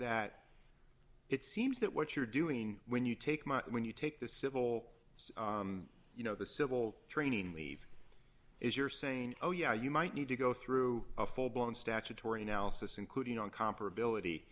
t seems that what you're doing when you take when you take the civil you know the civil training leave is you're saying oh yeah you might need to go through a full blown statutory analysis including on comparability